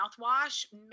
mouthwash